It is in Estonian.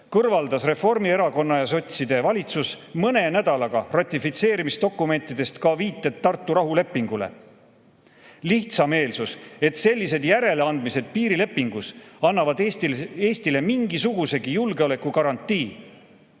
kõrvaldas Reformierakonna ja sotside valitsus mõne nädalaga ratifitseerimisdokumentidest ka viite Tartu rahulepingule. Lihtsameelsus, et sellised järeleandmised piirilepingus annavad Eestile mingisugusegi julgeolekugarantii,